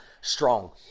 Strong